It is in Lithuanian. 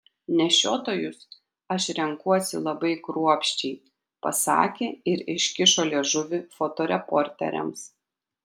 nešiotojus aš renkuosi labai kruopščiai pasakė ir iškišo liežuvį fotoreporteriams